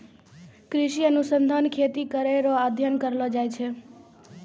कृषि अनुसंधान खेती करै रो अध्ययन करलो जाय छै